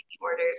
orders